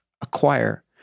acquire